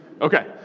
Okay